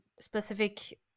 specific